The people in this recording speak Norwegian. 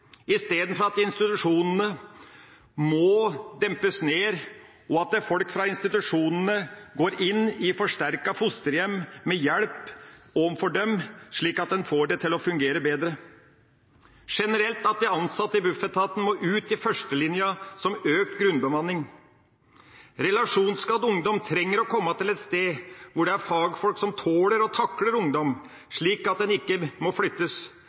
istedenfor at institusjonene må dempes ned, og at folk fra institusjonene går inn i forsterkede fosterhjem, med hjelp overfor dem, slik at en får det til å fungere bedre – generelt at de ansatte i Bufetat må ut i førstelinja som økt grunnbemanning. Relasjonsskadd ungdom trenger å komme til et sted hvor det er fagfolk som tåler og takler ungdom, slik at de ikke må flyttes.